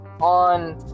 on